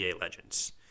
legends